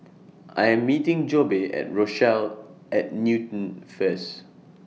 I Am meeting Jobe At Rochelle At Newton First